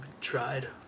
Tried